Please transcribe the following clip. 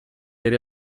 ere